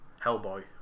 Hellboy